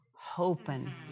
hoping